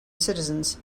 citizens